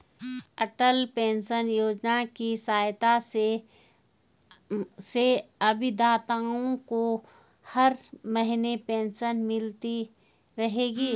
अटल pension Yojana की सहायता से अभिदाताओं को हर महीने पेंशन मिलती रहेगी